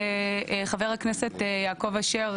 חבר הכנסת יעקב אשר,